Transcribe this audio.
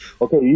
Okay